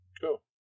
cool